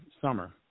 summer